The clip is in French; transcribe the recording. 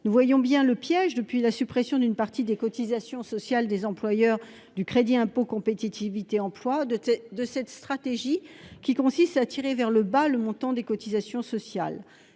Nous voyons bien le piège, depuis la suppression d'une partie des cotisations sociales des employeurs au travers du crédit d'impôt pour la compétitivité et l'emploi, de cette stratégie qui consiste à tirer vers le bas le montant des cotisations sociales.